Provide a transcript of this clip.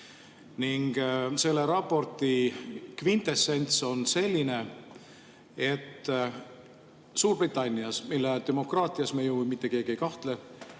Ning selle raporti kvintessents on selline, et Suurbritannias, mille demokraatias me ju mitte keegi ei kahtle,